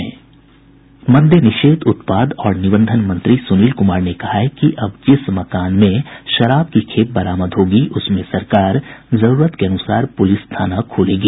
मद्य निषेध उत्पाद और निबंधन मंत्री सुनील क्मार ने कहा है कि अब जिस मकान में शराब की खेप बरामद होगी उसमें सरकार जरूरत के अनुसार पुलिस थाना खोलेगी